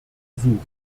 suchen